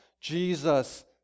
Jesus